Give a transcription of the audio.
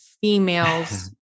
females